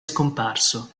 scomparso